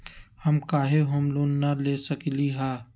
हम काहे home loan न ले सकली ह?